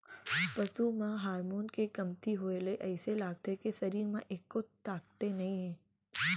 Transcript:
पसू म हारमोन के कमती होए ले अइसे लागथे के सरीर म एक्को ताकते नइये